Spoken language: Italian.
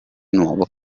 nuovo